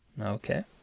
Okay